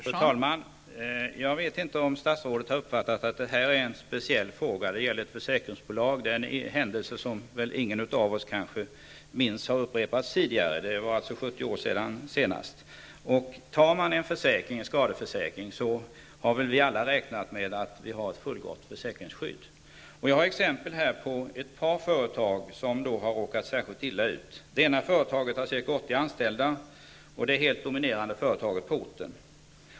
Fru talman! Jag vet inte om statsrådet har uppfattat att detta är en speciell fråga. Det gäller ett försäkringsbolag, en händelse som väl ingen av oss minns har skett tidigare. Det var 70 år sedan det senast hände. Om vi har tagit en skadeförsäkring, har vi väl alla räknat med att vi har ett fullgott försäkringsskydd. Jag har exempel på ett par företag som har råkat särskilt illa ut. Det ena företaget har ca 80 anställda. Det är det helt dominerande företaget på orten.